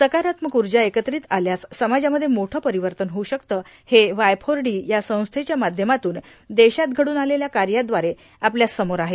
सकारात्मक ऊर्जा एकत्रित आल्यास समाजामध्ये मोठे परिवर्तन होऊ शकते हे वाय फोर डी या संस्थेच्या माध्यमातून देशात घडून आलेल्या कार्याद्वारे आपल्या समोर आहे